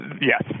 yes